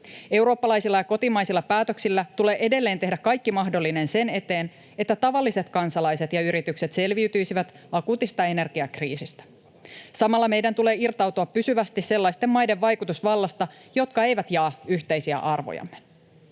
Eurooppalaisilla ja kotimaisilla päätöksillä tulee edelleen tehdä kaikki mahdollinen sen eteen, että tavalliset kansalaiset ja yritykset selviytyisivät akuutista energiakriisistä. Samalla meidän tulee irtautua pysyvästi sellaisten maiden vaikutusvallasta, jotka eivät jaa yhteisiä arvojamme.